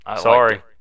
Sorry